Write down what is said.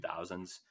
2000s